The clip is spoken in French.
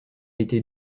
été